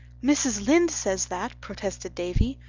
mrs. lynde says that, protested davy.